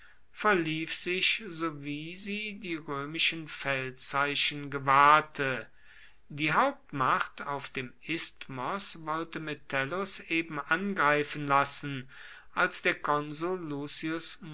verlief sich sowie sie die römischen feldzeichen gewahrte die hauptmacht auf dem isthmos wollte metellus eben angreifen lassen als der konsul